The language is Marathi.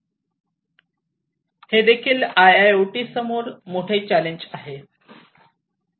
हे देखील आयआयओटी पुढे मोठे चॅलेंज आहे